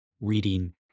reading